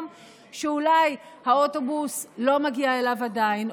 שאולי האוטובוס לא מגיע אליו עדיין,